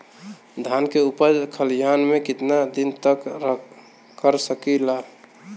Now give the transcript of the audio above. धान के उपज खलिहान मे कितना दिन रख सकि ला?